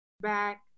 Back